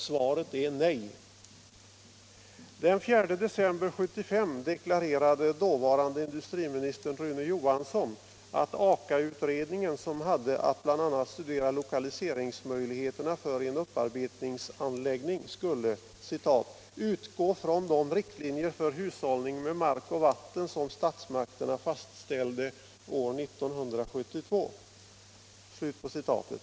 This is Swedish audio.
Svaret är nej.” Den 4 december 1975 deklarerade dåvarande industriministern Rune Johansson att Aka-utredningen, som hade att bl.a. studera lokaliseringsmöjligheterna för en upparbetningsanläggning, skulle ”utgå från de riktlinjer för hushållning med mark och vatten som statsmakterna fastställde år 1972”.